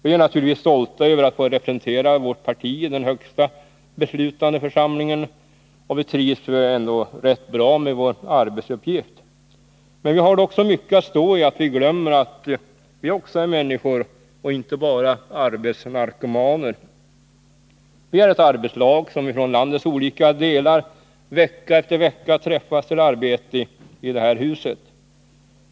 Vi är naturligtvis stolta över att få representera vårt parti i den högsta beslutande församlingen, och vi trivs ändå rätt bra med vår arbetsuppgift. Vi har dock så mycket att stå i att vi glömmer att vi också är människor och inte bara arbetsnarkomaner. Vi är ett arbetslag som från landets olika delar vecka efter vecka träffas till arbete i detta hus.